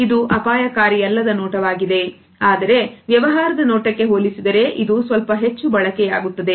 ಇದು ಅಪಾಯಕಾರಿಯಲ್ಲದ ನೋಟವಾಗಿದೆ ಆದರೆ ವ್ಯವಹಾರದ ನೋಟಕ್ಕೆ ಹೋಲಿಸಿದರೆ ಇದು ಸ್ವಲ್ಪ ಹೆಚ್ಚು ಬಳಕೆಯಾಗುತ್ತದೆ